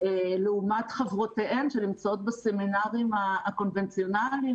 לעומת חברותיהן שנמצאות בסמינרים הקונבנציונליים